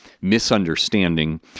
misunderstanding